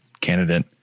candidate